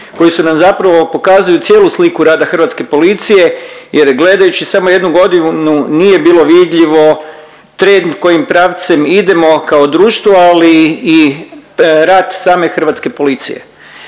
koji su nam zapravo, pokazuju cijelu sliku rada hrvatske policije jer je, gledajući samo jednu godinu nije bilo vidljivo trend kojim pravcem idemo kao društvo, ali i rad same hrvatske policije.